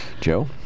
Joe